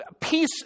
peace